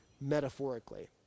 metaphorically